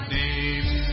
name